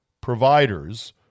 providers